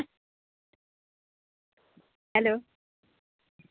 hello